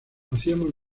hacíamos